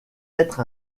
être